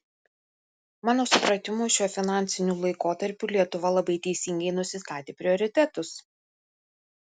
mano supratimu šiuo finansiniu laikotarpiu lietuva labai teisingai nusistatė prioritetus